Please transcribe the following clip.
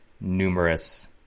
numerous